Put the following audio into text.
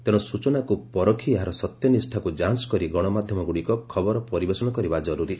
ତେଣୁ ସୂଚନାକୁ ପରଖ୍ ଏହାର ସତ୍ୟନିଷ୍ଠାକୁ ଯାଞ କରି ଗଣମାଧ୍ୟମଗୁଡ଼ିକ ଖବର ପରିବେଷଣ କରିବା ଜରୁରୀ